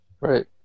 Right